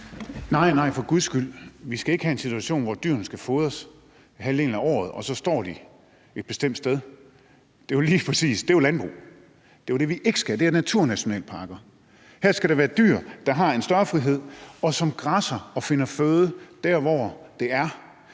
Nej, nej, vi skal for guds skyld ikke have en situation, hvor dyrene skal fodres halvdelen af året og de så står på et bestemt sted. For det er jo landbrug, og det er jo det, vi ikke skal have. Men det her er naturnationalparker, og her skal der være dyr, der har en større frihed, og som græsser og finder føde der, hvor den er,